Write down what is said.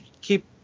keep